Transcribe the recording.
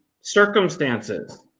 circumstances